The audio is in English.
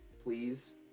please